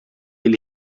ele